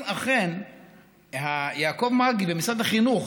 אם אכן יעקב מרגי ומשרד החינוך